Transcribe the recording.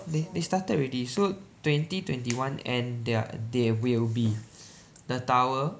they they started already so twenty twenty one end they are there will be the tower